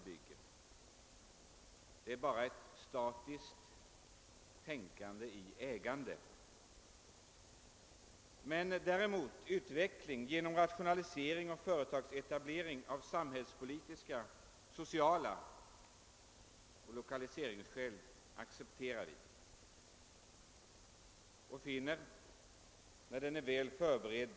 Det rör sig bara om ett statiskt tänkande i fråga om ägandet. Utveckling genom rationalisering, liksom företagsetablering av samhällspolitiska, sociala och lokaliseringspolitiska skäl, accepterar vi däremot, när den är väl förberedd.